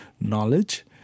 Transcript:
knowledge